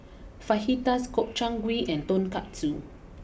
Fajitas Gobchang Gui and Tonkatsu